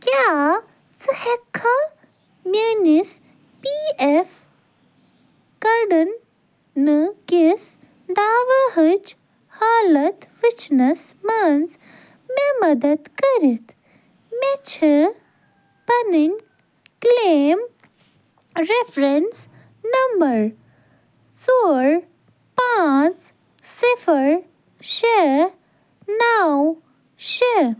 کیٛاہ ژٕ ہٮ۪ککھا میٲنِس پی ایٚف کٔرڈَن نہٕ کِس دعویٰ ہٕچ حالت وُچھنَس منٛز مےٚ مدتھ کٔرِتھ مےٚ چھِ پَنٕنۍ کٕلیم ریٚفرنٕس نمبَر ژور پانٛژھ صِفَر شےٚ نَو شےٚ